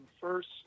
first